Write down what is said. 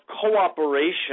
cooperation